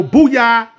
Booyah